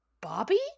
Bobby